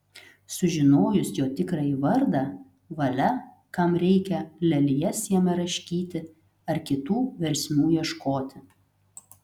sužinojus jo tikrąjį vardą valia kam reikia lelijas jame raškyti ar kitų versmių ieškoti